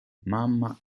mamma